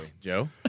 Joe